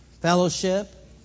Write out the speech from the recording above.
fellowship